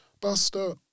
Buster